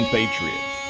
Patriots